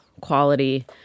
quality